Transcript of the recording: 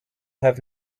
have